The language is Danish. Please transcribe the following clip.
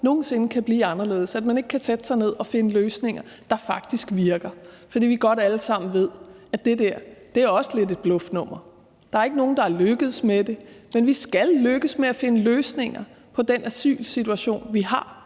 nogen sinde kan blive anderledes, og at man ikke kan sætte sig ned og finde løsninger, der faktisk virker – og vi ved alle sammen godt, at det der også lidt er et bluffnummer. Der er ikke nogen, der er lykkedes med det, men vi skal lykkes med at finde løsninger på den asylsituation, vi har